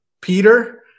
Peter